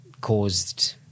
caused